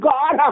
God